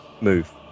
Move